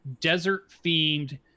desert-themed